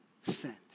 sent